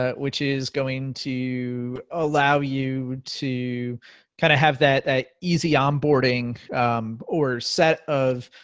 ah which is going to allow you to kind of have that easy onboarding or set of